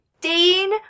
Dean